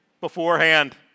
beforehand